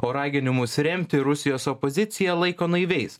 o raginimus remti rusijos opoziciją laiko naiviais